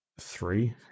three